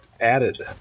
added